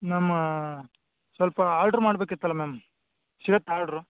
ma'am ಸ್ವಲ್ಪ order ಮಾಡ್ಬೇಕಿತ್ತಲ್ಲ ma'am ಸಿಗುತ್ತಾ ಆರ್ಡ್ರು